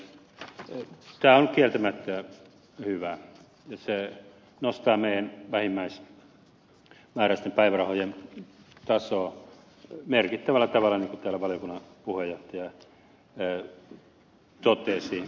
tämä on kieltämättä hyvä ja se nostaa vähimmäismääräisten päivärahojen tasoa merkittävällä tavalla niin kuin täällä valiokunnan puheenjohtaja totesi